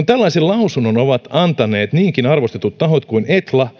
tällaisen lausunnon ovat antaneet niinkin arvostetut tahot kuin etla